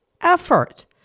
effort